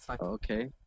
Okay